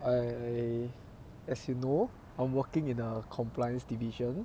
I as you know I'm working in a compliance division